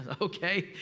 Okay